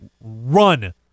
run